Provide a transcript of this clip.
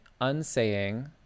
unsaying